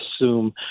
assume